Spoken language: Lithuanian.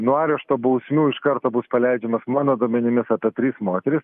nuo arešto bausmių iš karto bus paleidžiamos mano duomenimis apie trys moterys